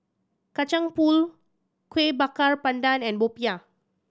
Kacang Pool Kueh Bakar Pandan and popiah